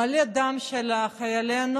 מלא דם של חיילינו,